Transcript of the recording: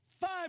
Five